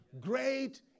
great